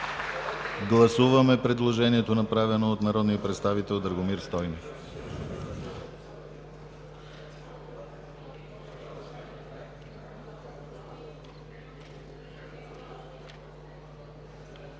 Гласуваме предложението, направено от народния представител Драгомир Стойнев.